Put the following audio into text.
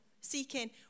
seeking